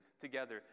together